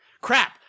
Crap